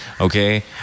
Okay